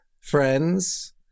friends